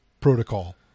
protocol